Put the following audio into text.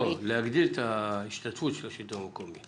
לא, להגדיל את ההשתתפות של השלטון המקומי.